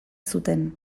zuten